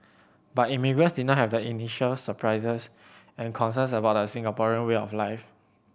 but immigrants did not have the initial surprises and concerns about the Singaporean way of life